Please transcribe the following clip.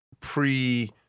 pre